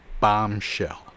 bombshell